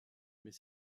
mais